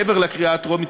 מעבר לקריאה הטרומית,